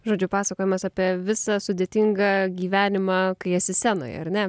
žodžiu pasakojimas apie visą sudėtingą gyvenimą kai esi scenoje ar ne